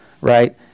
right